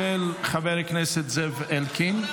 של חבר הכנסת זאב אלקין.